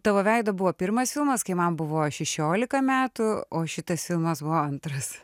tavo veido buvo pirmas filmas kai man buvo šešiolika metų o šitas filmas buvo antras